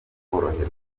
koroherwa